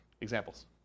Examples